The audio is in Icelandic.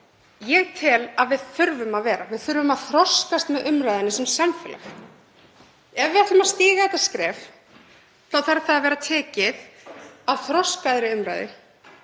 ég tel að við þurfum að gera. Við þurfum að þroskast með umræðunni sem samfélag. Ef við ætlum að stíga þetta skref þarf það að vera tekið eftir þroskaða umræðu,